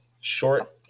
Short